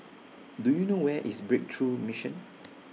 Do YOU know Where IS Breakthrough Mission